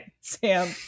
Sam